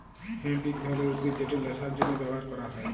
hemp ইক ধরলের উদ্ভিদ যেট ল্যাশার জ্যনহে ব্যাভার ক্যরা হ্যয়